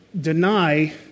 deny